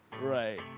Right